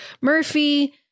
Murphy